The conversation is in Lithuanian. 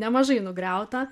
nemažai nugriauta